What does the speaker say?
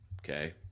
Okay